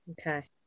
Okay